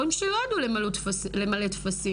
ההורים שלי לא ידעו למלא טפסים,